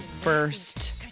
first